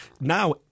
now